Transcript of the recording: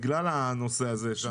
בגלל הנושא הזה.